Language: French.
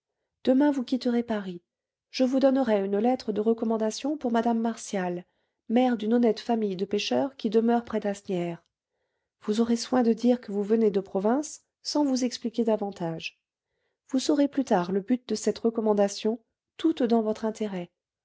demain vous quitterez paris je vous donnerai une lettre de recommandation pour mme martial mère d'une honnête famille de pêcheurs qui demeure près d'asnières vous aurez soin de dire que vous venez de province sans vous expliquer davantage vous saurez plus tard le but de cette recommandation toute dans votre intérêt